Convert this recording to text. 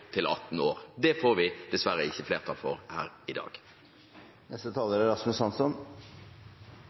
til 18 år. Det får vi dessverre ikke flertall for her i dag. Friluftsliv er